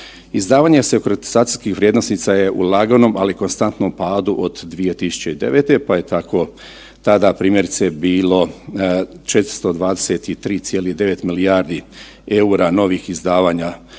Izdavanje sekuritizacijskih vrijednosnica je u laganom ali konstantnom padu od 2009. pa je tako primjerice bilo 423,9 milijardi EUR-a novih izdavanja